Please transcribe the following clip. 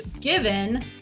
given